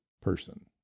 person